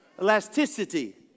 elasticity